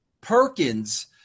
Perkins